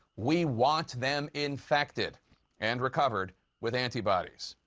we want them infected and recovered with antibodies.